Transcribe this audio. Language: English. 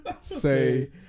say